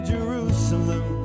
Jerusalem